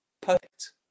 perfect